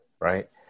right